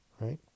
Right